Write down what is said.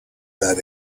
that